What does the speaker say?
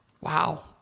Wow